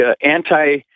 anti